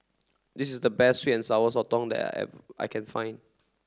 this is the best sweet and sour sotong that I've I can find